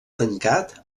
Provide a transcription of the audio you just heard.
tancat